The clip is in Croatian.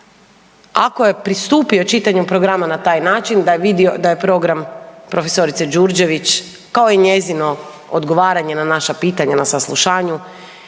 ako je pristupio čitanju programa na taj način da je vidio je program prof. Đurđević kao i njezino odgovaranje na naša pitanja na saslušanju